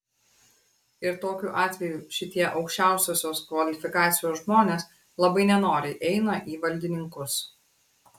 ir tokiu atveju šitie aukščiausiosios kvalifikacijos žmonės labai nenoriai eina į valdininkus